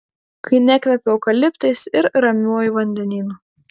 kai nekvepia eukaliptais ir ramiuoju vandenynu